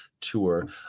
tour